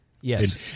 yes